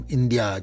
India